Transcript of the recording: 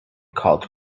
called